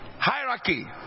Hierarchy